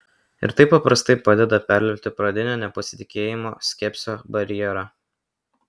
ir tai paprastai padeda perlipti pradinio nepasitikėjimo skepsio barjerą